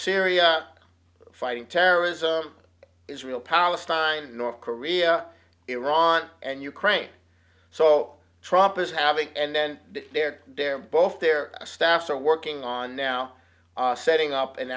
syria fighting terrorism israel palestine north korea iran and ukraine so trump is having and they're they're both their staffs are working on now setting up an